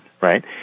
right